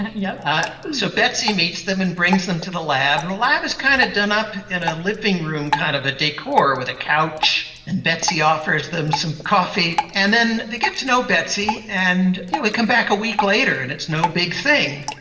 yeah so betsy meets them and brings them to the lab, and the lab is kind of done up in a living room kind of a decor with a couch, and betsy offers them some coffee. and then they get to know betsy, and you know they come back a week later and it's no big thing.